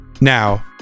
now